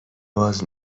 باز